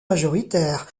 majoritaires